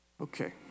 Okay